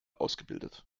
ausgebildet